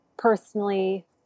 personally